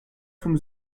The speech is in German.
vom